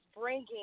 bringing